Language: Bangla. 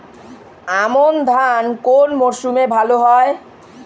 আমন ধান কোন মরশুমে ভাল হয়?